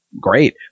great